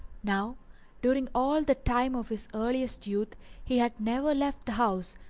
now during all the time of his earliest youth he had never left the house,